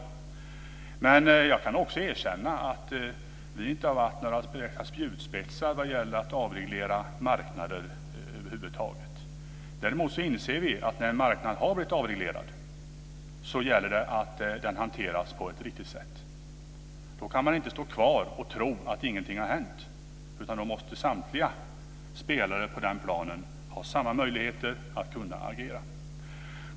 Jag kan också erkänna att vi inte har varit några direkta spjutspetsar när det gäller att avreglera marknader över huvud taget. Däremot inser vi att när marknaden väl har blivit avreglerad gäller det att den hanteras på ett riktigt sätt. Då kan man inte stå kvar och tro att ingenting har hänt. Då måste samtliga spelare på planen ha samma möjligheter att kunna agera.